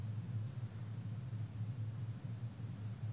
כל עוד זה מתחת 50,000 שקל